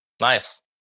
Nice